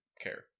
care